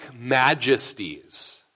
majesties